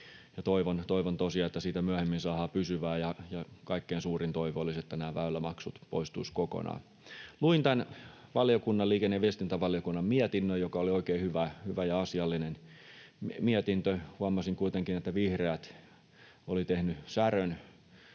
tosiaan, että siitä myöhemmin saadaan pysyvä, ja kaikkein suurin toivo olisi, että nämä väylämaksut poistuisivat kokonaan. Luin tämän valiokunnan, liikenne- ja viestintävaliokunnan mietinnön, joka oli oikein hyvä ja asiallinen mietintö. Huomasin kuitenkin, että vihreät oli tehnyt särön